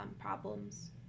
problems